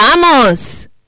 Vamos